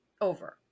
over